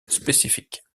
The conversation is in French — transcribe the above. spécifiques